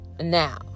Now